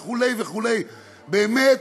וכו' באמת,